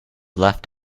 left